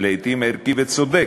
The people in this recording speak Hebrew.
לעתים ערכי וצודק,